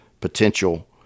potential